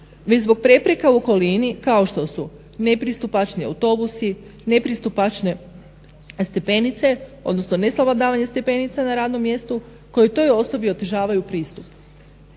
već zbog prepreka u okolini kao što su nepristupačni autobusi, nepristupačne stepenice odnosno ne svladavanje stepenica na radnom mjestu koje toj osobi otežavaju pristup.